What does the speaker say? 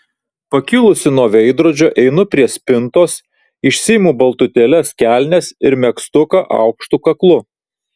pakilusi nuo veidrodžio einu prie spintos išsiimu baltutėles kelnes ir megztuką aukštu kaklu